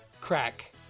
Crack